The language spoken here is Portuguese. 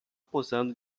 posando